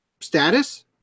status